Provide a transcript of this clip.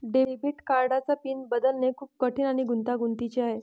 debit कार्डचा pin बदलणे खूप कठीण आणि गुंतागुंतीचे आहे